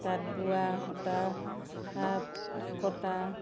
তাঁত বোৱা সূতা কটা